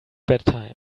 bedtime